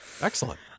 Excellent